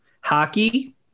Hockey